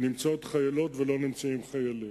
נמצאות חיילות ולא נמצאים חיילים.